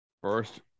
first